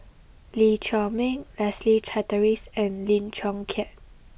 Lee Chiaw Meng Leslie Charteris and Lim Chong Keat